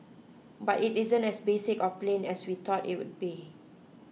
but it isn't as basic or plain as we thought it would be